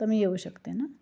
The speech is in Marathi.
तर मी येऊ शकते ना